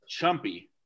chumpy